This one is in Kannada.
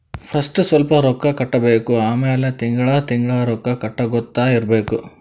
ಫಸ್ಟ್ ಸ್ವಲ್ಪ್ ರೊಕ್ಕಾ ಕಟ್ಟಬೇಕ್ ಆಮ್ಯಾಲ ತಿಂಗಳಾ ತಿಂಗಳಾ ರೊಕ್ಕಾ ಕಟ್ಟಗೊತ್ತಾ ಇರ್ಬೇಕ್